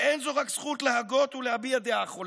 ואין זו רק זכות להגות ולהביע דעה חולקת,